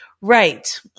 Right